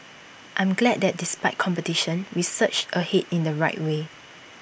I'm glad that despite competition we surged ahead in the right way